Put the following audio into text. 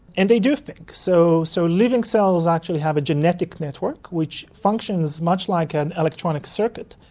and they do think. so so living cells actually have a genetic network which functions much like an electronic circuit,